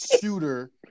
shooter